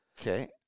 Okay